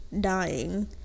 dying